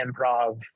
improv